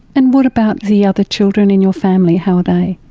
and what about the other children in your family, how are they?